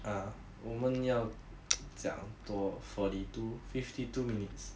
啊我们要讲多 forty two fifty two minutes